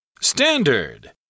Standard